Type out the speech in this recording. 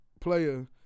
player